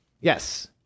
Yes